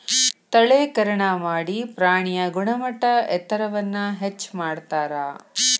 ತಳೇಕರಣಾ ಮಾಡಿ ಪ್ರಾಣಿಯ ಗುಣಮಟ್ಟ ಎತ್ತರವನ್ನ ಹೆಚ್ಚ ಮಾಡತಾರ